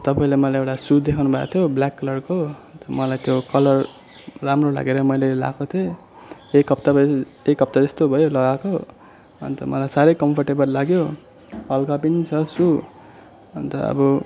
तपाईँले मलाई एउटा सू देखाउनु भएको थियो ब्ल्याक कलरको त त्यो कलर राम्रो लागेर मैले लगाएको थिएँ एक हप्ता भयो एक हप्ता जस्तो भयो लगाएको अन्त मलाई साह्रै कम्फर्टेबल लाग्यो हलका पनि छ सू अन्त अब